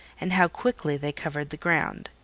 and how quickly they covered the ground.